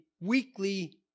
weekly